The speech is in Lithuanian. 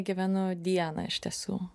gyvenu dieną iš tiesų